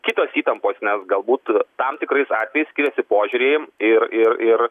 kitos įtampos nes galbūt tam tikrais atvejais skiriasi požiūriai ir ir ir